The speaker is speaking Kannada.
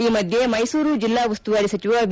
ಈ ಮಧ್ಯೆ ಮೈಸೂರು ಜಿಲ್ಲಾ ಉಸ್ತುವಾರಿ ಸಚಿವ ವಿ